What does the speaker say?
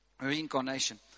Reincarnation